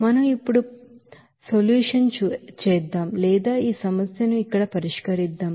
మనం ఇప్పుడు పరిష్కారం చేద్దాం లేదా ఈ సమస్యను ఇక్కడ పరిష్కరిద్దాం